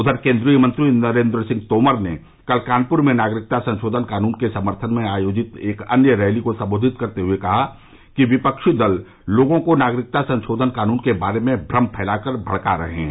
उधर केन्द्रीय मंत्री नरेन्द्र सिंह तोमर ने कल कानप्र में नागरिकता संशोधन कानून के समर्थन में आयोजित एक अन्य रैली को संबोधित करते हुए कहा कि विपक्षी दल लोगों को नागरिकता संशोधन कानून के बारे में भ्रम फैलाकर भड़का रहे हैं